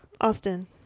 Austin